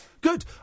Good